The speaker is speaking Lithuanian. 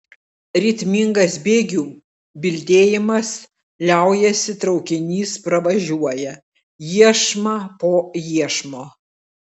ritmingas bėgių bildėjimas liaujasi traukinys pravažiuoja iešmą po iešmo